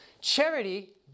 Charity